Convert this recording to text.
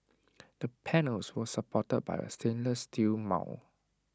the panels were supported by A stainless steel mount